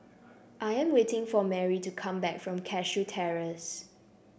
I am waiting for Marry to come back from Cashew Terrace